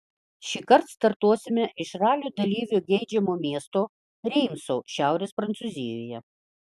šįkart startuosime iš ralio dalyvių geidžiamo miesto reimso šiaurės prancūzijoje